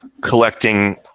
collecting